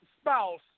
spouse